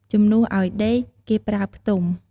ជំនួសឲ្យ ដេក គេប្រើ ផ្ទំ។